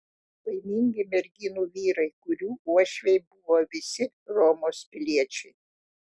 laimingi merginų vyrai kurių uošviai buvo visi romos piliečiai